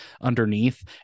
underneath